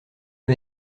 vas